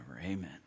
Amen